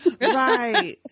Right